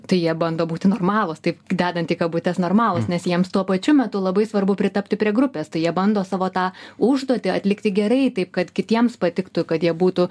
tai jie bando būti normalūs taip dedant į kabutes normalūs nes jiems tuo pačiu metu labai svarbu pritapti prie grupės tai jie bando savo tą užduotį atlikti gerai taip kad kitiems patiktų kad jie būtų